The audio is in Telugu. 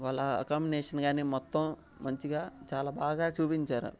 వాళ్ళ అకామినేషన్ కానీ మొత్తం మంచిగా చాలా బాగా చూపించారు